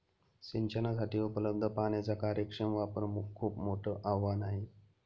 सिंचनासाठी उपलब्ध पाण्याचा कार्यक्षम वापर खूप मोठं आवाहन आहे